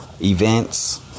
events